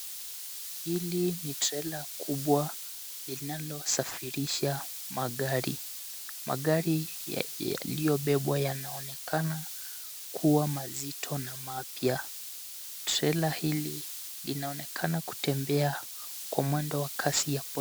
Hili ni trela kubwa linalosafirisha magari. Magari yaliyobebwa yanaonekana kuwa mazito na mapya. Trela hili linaonekana kutembea kwa mwendo wa kasi ya po...